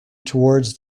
towards